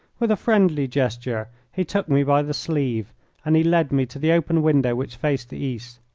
with a friendly gesture he took me by the sleeve and he led me to the open window which faced the east.